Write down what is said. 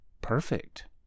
perfect